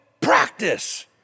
practice